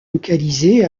localisé